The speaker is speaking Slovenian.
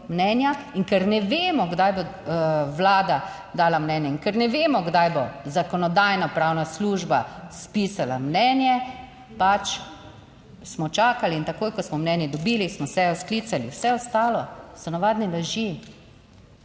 mnenja. In ker ne vemo, kdaj bo Vlada dala mnenje in ker ne vemo, kdaj bo Zakonodajno-pravna služba spisala mnenje, pač smo čakali. In takoj, ko smo mnenje dobili, smo sejo sklicali. Vse ostalo so navadne laži.